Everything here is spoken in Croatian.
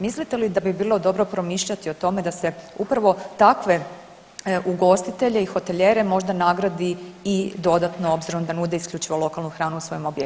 Mislite li da bi bilo dobro promišljati o tome da se upravo takve ugostitelje i hotelijere možda nagradi i dodatno, obzirom da nude isključivo lokalnu hranu u svojim objektima?